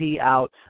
out